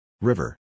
River